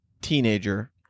teenager